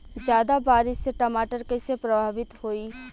ज्यादा बारिस से टमाटर कइसे प्रभावित होयी?